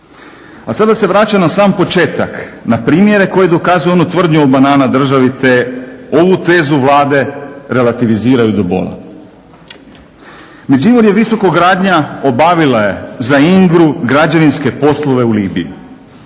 A sada se vraća na sam početak, na primjere koji dokazuju onu tvrdnju o banana državi te ovu tezu Vlade relativiziraju do bola. Međimurje visokogradnja obavila je za INGRA-u građevinske poslove u Libiji.